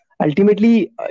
Ultimately